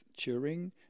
Turing